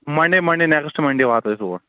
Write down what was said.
منٛڈے Monday next Monday واتو أسۍ اور